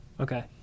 okay